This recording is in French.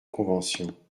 convention